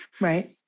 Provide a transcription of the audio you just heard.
Right